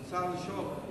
מותר לשאול?